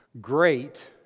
great